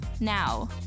Now